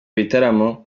bitaramo